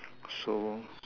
so